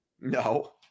No